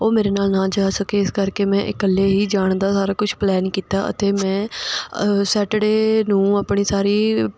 ਉਹ ਮੇਰੇ ਨਾਲ ਨਾ ਜਾ ਸਕੇ ਇਸ ਕਰਕੇ ਮੈਂ ਇਕੱਲੇ ਹੀ ਜਾਣ ਦਾ ਸਾਰਾ ਕੁਛ ਪਲੈਨ ਕੀਤਾ ਅਤੇ ਮੈਂ ਸੈਟਰਡੇ ਨੂੰ ਆਪਣੀ ਸਾਰੀ